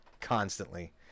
constantly